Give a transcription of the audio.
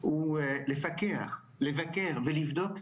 בדיוק.